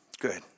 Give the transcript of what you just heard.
Good